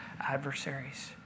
adversaries